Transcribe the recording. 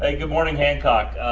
ah good morning, hancock.